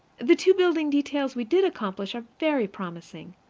the two building details we did accomplish are very promising.